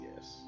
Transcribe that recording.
yes